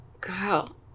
girl